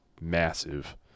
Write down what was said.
massive